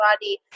body